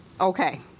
okay